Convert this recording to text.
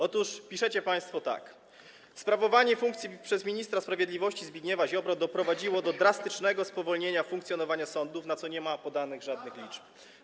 Otóż piszecie państwo tak: sprawowanie funkcji przez ministra sprawiedliwości Zbigniewa Ziobrę doprowadziło do drastycznego spowolnienia funkcjonowania sądów, na dowód czego nie ma podanych żadnych liczb.